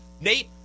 Nate